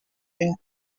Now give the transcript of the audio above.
being